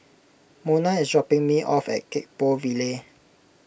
Monna is dropping me off at Gek Poh Ville